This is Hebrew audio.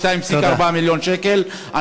2.4 מיליון שקל.